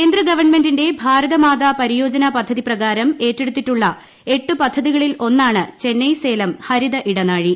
കേന്ദ്ര ഗവൺമെന്റിന്റെ ഭാരത മാതാ പരിയോജന പദ്ധതി പ്രകാരം ഏറ്റെടുത്തിട്ടുള്ള എട്ട് പദ്ധതികളിൽ ഒന്നാണ് ചെന്നൈ സേലം ഹരിത ഇടനാഴി